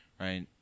right